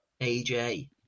AJ